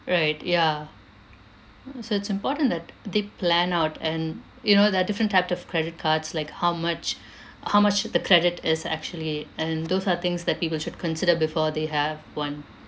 right ya so it's important that they plan out and you know there are different type of credit cards like how much how much the credit is actually and those are things that people should consider before they have one